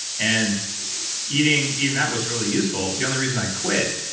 and eating in that was really useful. the only reason i quit,